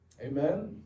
Amen